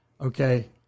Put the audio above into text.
okay